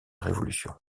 révolution